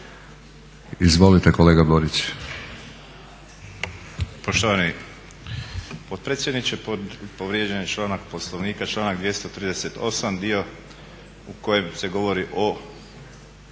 Izvolite kolega Borić.